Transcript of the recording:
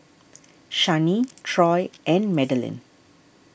Shani Troy and Madaline